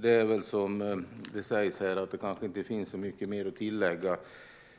Fru talman! Det finns kanske inte så mycket mer att tillägga.